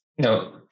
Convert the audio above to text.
No